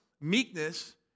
Meekness